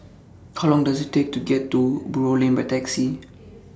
How Long Does IT Take to get to Buroh Lane By Taxi